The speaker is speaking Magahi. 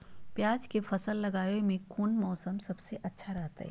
प्याज के फसल लगावे में कौन मौसम सबसे अच्छा रहतय?